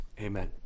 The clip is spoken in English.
Amen